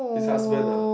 his husband ah